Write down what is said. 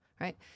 right